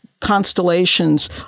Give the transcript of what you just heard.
Constellations